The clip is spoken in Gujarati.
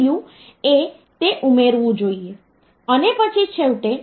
આ d1 હંમેશા 0 હોય છે અને પછી d2 એ 1 હોય છે